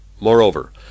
Moreover